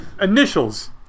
initials